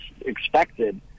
expected